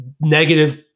negative